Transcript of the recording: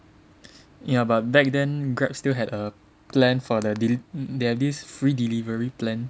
ya but back then Grab still had a plan for the delivery there's this free delivery plan